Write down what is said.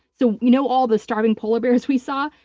so you know all the starving polar bears we saw?